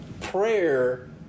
Prayer